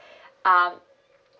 um